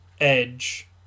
edge